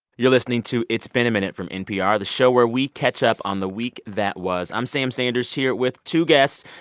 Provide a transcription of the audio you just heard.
you're listening to it's been a minute from npr, the show where we catch up on the week that was. i'm sam sanders here with two guests.